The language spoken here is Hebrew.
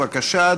בבקשה,